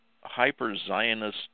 hyper-Zionist